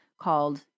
called